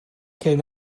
can